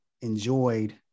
enjoyed